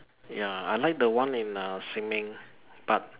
ya I like the one in uh Sin-ming but